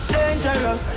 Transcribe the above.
Dangerous